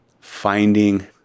finding